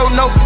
no